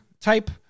type